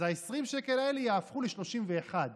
ה-20 שקל האלה יהפכו ל-31,